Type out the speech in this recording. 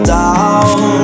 down